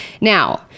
Now